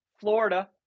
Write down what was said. Florida